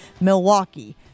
Milwaukee